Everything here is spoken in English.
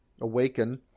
awaken